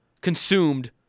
consumed